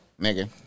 nigga